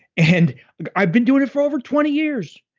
and i've been doing it for over twenty years.